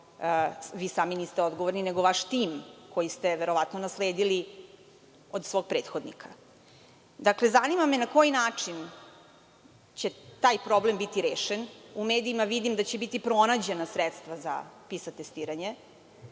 vi sami niste odgovorni nego vaš tim, koji ste verovatno nasledili od svog prethodnika. Zanima me na koji način će taj problem biti rešen. U medijima vidim da će biti pronađena sredstva za PISA testiranje,